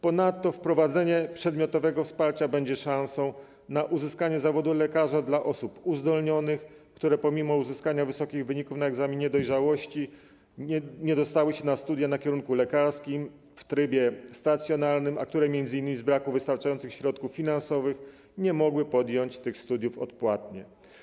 Ponadto wprowadzenie przedmiotowego wsparcia będzie szansą na uzyskanie zawodu lekarza przez osoby uzdolnione, które pomimo uzyskania dobrych wyników na egzaminie dojrzałości nie dostały się na studia na kierunku lekarskim w trybie stacjonarnym, a które m.in. z powodu braku wystarczających środków finansowych nie mogły podjąć tych studiów odpłatnie.